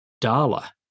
Dala